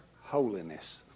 holiness